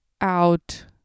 out